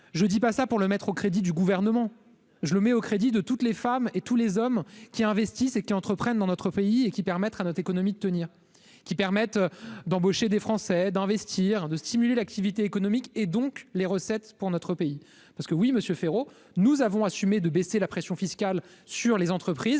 je ne dis pas ça pour le mettre au crédit du gouvernement, je le mets au crédit de toutes les femmes et tous les hommes qui investissent et qui entreprennent dans notre pays et qui permettra à notre économie de tenir, qui permettent d'embaucher des Français d'investir, de stimuler l'activité économique et donc les recettes pour notre pays parce que oui Monsieur Féraud, nous avons assumé de baisser la pression fiscale sur les entreprises,